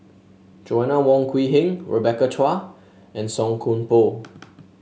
Joanna Wong Quee Heng Rebecca Chua and Song Koon Poh